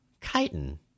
chitin